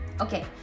okay